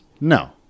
No